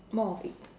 more of egg